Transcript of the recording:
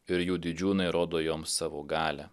ir jų didžiūnai rodo joms savo galią